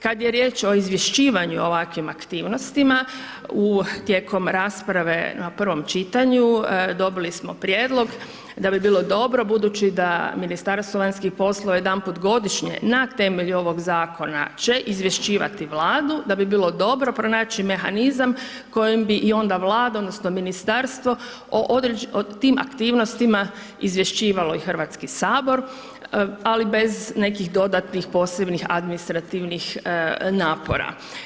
Kad je riječ o izvješćivanju o ovakvim aktivnostima, tijekom rasprave na prvom čitanju, dobili smo prijedlog da bi bilo dobro, budući da Ministarstvo vanjskih poslova jedanput godišnje na temelju ovoga Zakona će izvješćivati Vladu, da bi bilo dobro pronaći mehanizam kojim bi onda i Vlada odnosno Ministarstvo o tim aktivnostima izvješćivalo i HS, ali bez nekih dodatnih posebnih administrativnih napora.